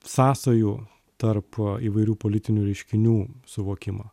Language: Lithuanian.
sąsajų tarp įvairių politinių reiškinių suvokimą